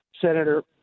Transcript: Senator